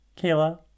Kayla